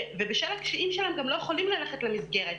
ובשל הקשיים שלהם גם לא יכולים ללכת למסגרת.